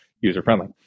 user-friendly